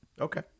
Okay